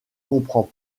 comprend